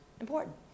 important